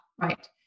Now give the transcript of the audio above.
right